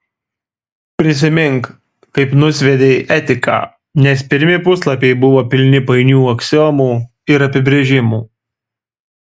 prisimink kaip nusviedei etiką nes pirmi puslapiai buvo pilni painių aksiomų ir apibrėžimų